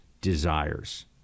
desires